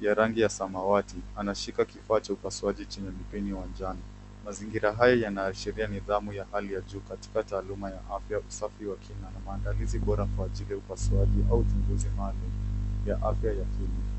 ya rangi ya samawati anashika kifaa cha upasuaji chenye mpini wa njano. Mazingira hayo yanaashiria nidhamu ya hali ya juu katika taaluma ya afya, usafi wa kina na maandalizi bora kwa ajili ya upasuaji au uchunguzi maalum ya afya ya kina.